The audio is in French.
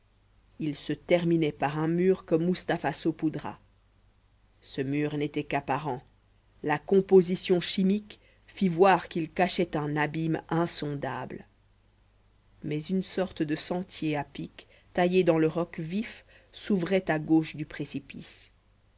il se terminait par un mur que mustapha saupoudra ce mur n'était qu'apparent la composition chimique fit voir qu'il cachait un abîme insondable mais une sorte de sentier à pic taillé dans le roc vif s'ouvrait à gauche du précipice